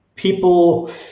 people